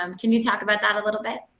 um can you talk about that a little bit.